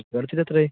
മേടിച്ചിട്ടെത്രയായി